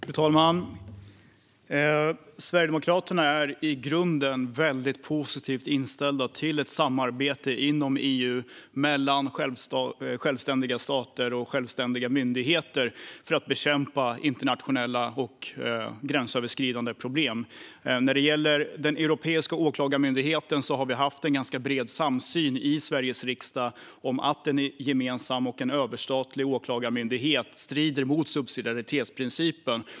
Fru talman! Sverigedemokraterna är i grunden väldigt positivt inställda till ett samarbete inom EU mellan självständiga stater och självständiga myndigheter för att bekämpa internationella och gränsöverskridande problem. När det gäller den europeiska åklagarmyndigheten har vi haft en ganska bred samsyn i Sveriges riksdag om att en gemensam och överstatlig åklagarmyndighet strider mot subsidiaritetsprincipen.